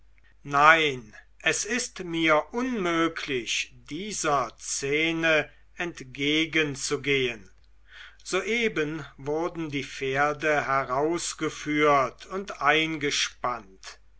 nein es ist mir unmöglich dieser szene entgegenzugehen soeben wurden die pferde herausgeführt und eingespannt